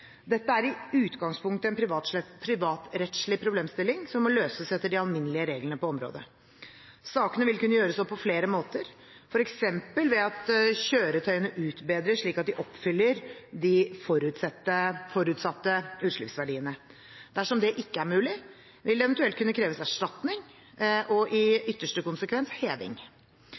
Dette er i utgangspunktet en privatrettslig problemstilling som må løses etter de alminnelige reglene på området. Sakene vil kunne gjøres opp på flere måter, f.eks. ved at kjøretøyene utbedres slik at de oppfyller de forutsatte utslippsverdiene. Dersom det ikke er mulig, vil det eventuelt kunne kreves erstatning og, i ytterste konsekvens, heving.